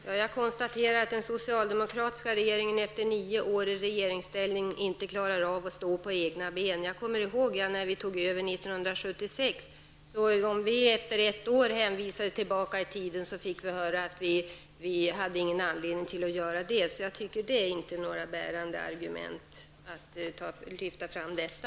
Herr talman! Jag konstaterar att den socialdemokratiska regeringen efter nio år i regeringsställning inte klarar av att stå på egna ben. Jag kommer ihåg när de borgerliga partierna tog över regeringsmakten 1976. Om vi efter ett år i regeringsställning hänvisade tillbaka i tiden fick vi höra att vi inte hade någon anledning att göra det. Jag tycker därför inte det är något bärande argument att lyfta fram detta.